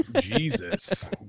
Jesus